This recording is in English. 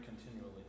continually